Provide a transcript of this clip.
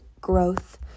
growth